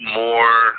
more